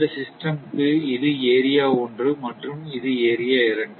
இந்த சிஸ்டம் க்கு இது ஏரியா 1 மற்றும் இது ஏரியா 2